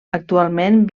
actualment